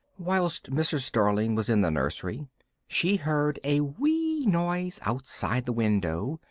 whilst mrs. darling was in the nursery she heard a wee noise outside the window,